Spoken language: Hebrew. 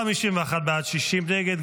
51 בעד, 60 נגד.